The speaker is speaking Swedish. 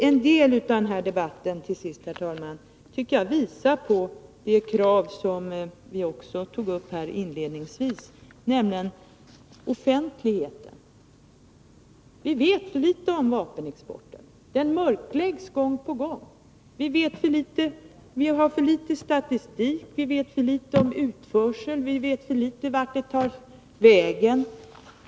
En del av den här debatten tycker jag visar hur angeläget det krav är som vi också tagit upp inledningsvis, nämligen kravet på offentlighet. Vi vet för litet om vapenexporten. Den mörkläggs gång på gång. Vi har för litet statistik. Vi vet för litet om utförseln. Vi vet för litet om vart vapnen tar vägen.